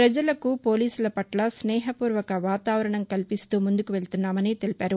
పజలకు పోలీసుల పట్ల స్నేహపూర్వక వాతావరణం కల్పిస్తూ ముందుకు వెళుతున్నామని తెలిపారు